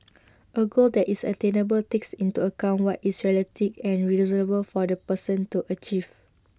A goal that is attainable takes into account what is realistic and reasonable for the person to achieve